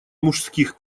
мужских